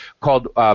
called